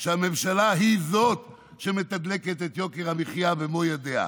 שהממשלה היא שמתדלקת את יוקר המחיה במו ידיה.